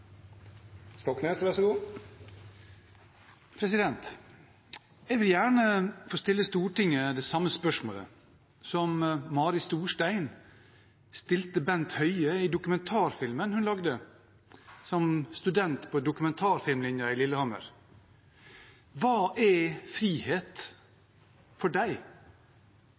Jeg vil gjerne stille Stortinget det samme spørsmålet som Mari Storstein stilte Bent Høie i dokumentarfilmen hun lagde som student på dokumentarfilmlinjen på Lillehammer: Hva er frihet for deg?